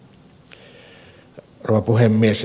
rouva puhemies